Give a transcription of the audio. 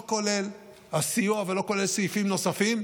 לא כולל הסיוע ולא כולל סעיפים נוספים,